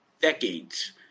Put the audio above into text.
decades